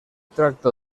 tracta